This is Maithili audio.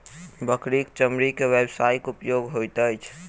बकरीक चमड़ी के व्यवसायिक उपयोग होइत अछि